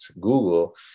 google